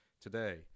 today